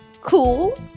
cool